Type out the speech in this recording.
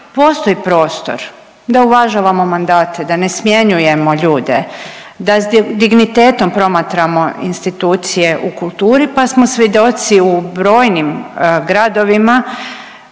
postoji prostor da uvažavamo mandate, da ne smjenjujemo ljude, da s dignitetom promatramo institucije u kulturi pa smo svjedoci u brojnim gradovima